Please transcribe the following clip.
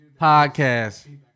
podcast